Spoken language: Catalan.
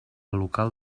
local